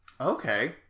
Okay